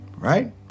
Right